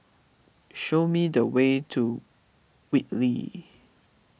show me the way to Whitley